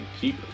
Keep